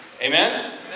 Amen